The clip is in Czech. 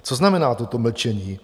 Co znamená toto mlčení?